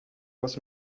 was